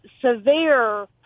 severe